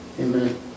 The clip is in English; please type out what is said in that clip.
Amen